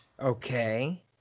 Okay